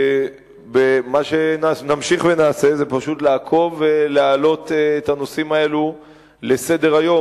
מה שנמשיך ונעשה זה פשוט לעקוב ולהעלות את הנושאים הללו על סדר-היום,